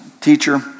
teacher